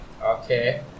Okay